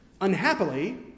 unhappily